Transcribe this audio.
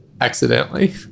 Accidentally